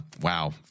Wow